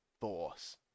force